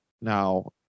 now